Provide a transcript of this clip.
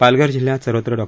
पालघर जिल्ह्यात सर्वत्र डॉ